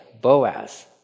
Boaz